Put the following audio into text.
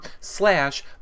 Slash